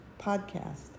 podcast